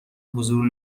حضور